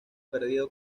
perdido